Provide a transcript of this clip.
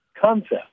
concept